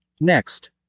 Next